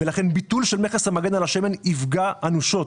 לכן ביטול של מכס המגן על השמן יפגע אנושות